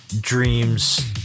dreams